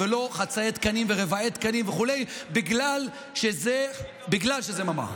ולא חצאי תקנים ורבעי תקנים וכו' בגלל שזה ממ"ח.